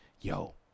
yo